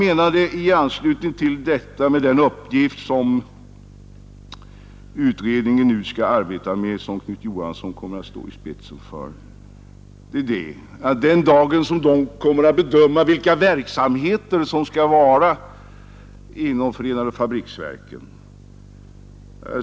Den utredning, som herr Knut Johansson nu kommer att stå i spetsen för, har till uppgift att bedöma vilka verksamheter som skall vara kvar inom förenade fabriksverken.